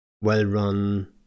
well-run